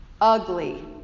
ugly